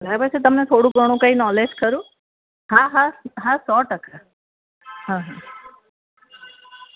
બરાબર છે તમને થોડું ઘણું કંઈ નોલેજ ખરું હા હા હા સો ટકા